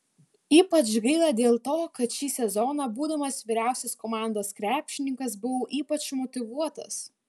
ypač gaila dėl to kad šį sezoną būdamas vyriausias komandos krepšininkas buvau ypač motyvuotas